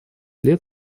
лет